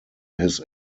his